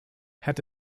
had